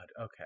Okay